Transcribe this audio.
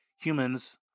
humans